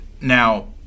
Now